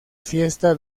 fiesta